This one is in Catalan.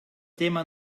tema